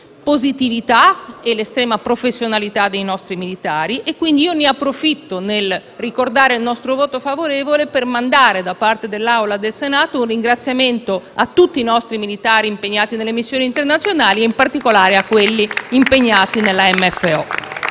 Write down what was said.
positività e l'estrema professionalità dei nostri militari. Ricordando il nostro voto favorevole, approfitto quindi per mandare da parte dell'Assemblea del Senato un ringraziamento a tutti i nostri militari impegnati nelle missioni internazionali e in particolare a quelli impegnati nella MFO.